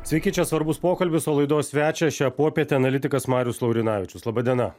sveiki čia svarbus pokalbis o laidos svečias šią popietę analitikas marius laurinavičius laba diena